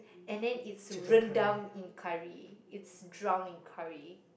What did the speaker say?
and then it's rendang in curry it's drown in curry